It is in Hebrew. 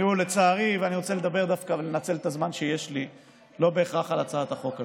אני רוצה לנצל את הזמן שיש לי ולדבר לא בהכרח על הצעת החוק הזאת.